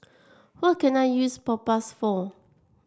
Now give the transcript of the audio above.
what can I use Propass for